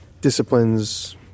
disciplines